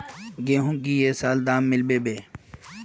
गेंहू की ये साल दाम मिलबे बे?